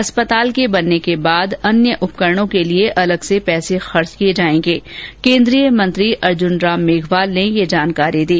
hospital के बनने के बाद अन्य उपकरणों के लिए अलग से पैसे खर्च किए जाएंगे केंद्रीय मंत्री अर्जुन राम मेघवाल ने यह जानकारी दी